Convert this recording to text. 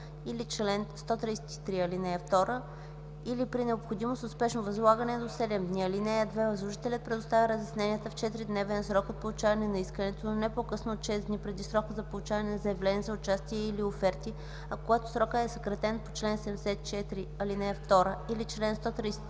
или чл. 133, ал. 2 или при необходимост от спешно възлагане – до 7 дни. (2) Възложителят предоставя разясненията в 4-дневен срок от получаване на искането, но не по-късно от 6 дни преди срока за получаване на заявления за участие и/или оферти, а когато срокът е съкратен по чл. 74, ал. 2 или чл. 133,